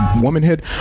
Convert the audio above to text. womanhood